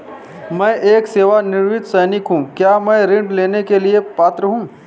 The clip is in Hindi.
मैं एक सेवानिवृत्त सैनिक हूँ क्या मैं ऋण लेने के लिए पात्र हूँ?